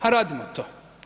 A radimo to.